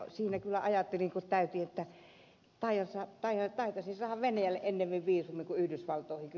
siinä kyllä ajattelin kun täytin että taitaisin saada venäjälle ennemmin viisumin kuin yhdysvaltoihin